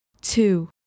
two